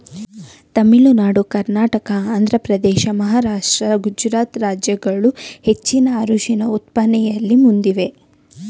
ತಮಿಳುನಾಡು ಕರ್ನಾಟಕ ಆಂಧ್ರಪ್ರದೇಶ ಮಹಾರಾಷ್ಟ್ರ ಗುಜರಾತ್ ರಾಜ್ಯಗಳು ಹೆಚ್ಚಿನ ಅರಿಶಿಣ ಉತ್ಪಾದನೆಯಲ್ಲಿ ಮುಂದಿವೆ